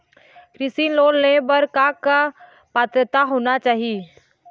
कृषि लोन ले बर बर का का पात्रता होना चाही?